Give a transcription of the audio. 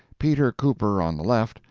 peter cooper on the left,